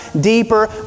deeper